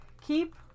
Keep